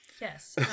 Yes